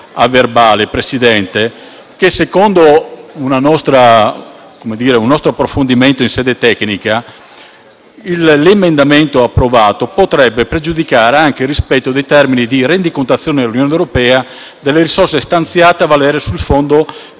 a verbale, Presidente, che secondo un nostro approfondimento in sede tecnica, l'emendamento approvato potrebbe pregiudicare anche il rispetto dei termini di rendicontazione dell'Unione europea delle risorse stanziate a valere sul Fondo per